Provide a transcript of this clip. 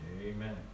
Amen